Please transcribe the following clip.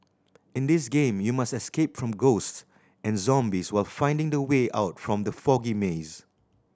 in this game you must escape from ghosts and zombies while finding the way out from the foggy maze